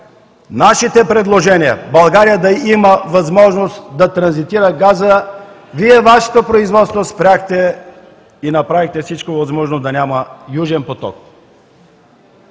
нашите предложения – България да има възможност да транзитира газ, Вие, Вашето правителство, спряхте и направихте всичко възможно да няма „Южен поток“.